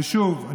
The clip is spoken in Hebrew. שוב,